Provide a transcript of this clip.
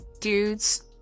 dudes